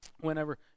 whenever